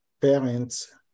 parents